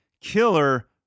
Killer